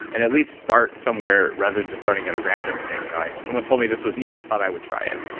and at least start somewhere rather than just starting at a random thing you know like, someone told me this was neat, i thought i would try it.